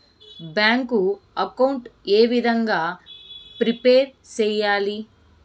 Bank account ఏ విధంగా prepare సెయ్యాలి?